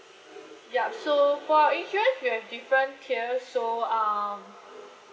yup so for our insurance we have different tiers so um